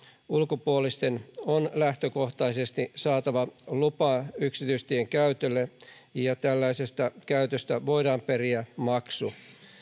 ulkopuolisten on lähtökohtaisesti saatava lupa yksityistien käytölle ja tällaisesta käytöstä voidaan periä maksu